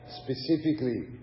specifically